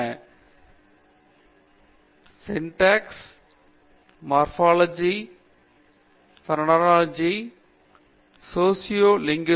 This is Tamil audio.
சென்டென்சஸ் பற்றிய சிண்டாக்ஸ் சொற்கள் பற்றிய மோரிபோலஜி சத்தம் தொடர்புடைய பிரெனோலஜி சமூக மொழியியல் பற்றி Socio Linguistics